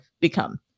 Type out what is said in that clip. become